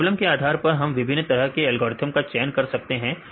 तो प्रॉब्लम के आधार पर हम विभिन्न तरह के एल्गोरिथ्म का चयन कर सकते हैं